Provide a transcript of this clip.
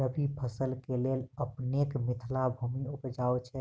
रबी फसल केँ लेल अपनेक मिथिला भूमि उपजाउ छै